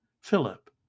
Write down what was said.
Philip